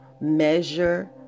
Measure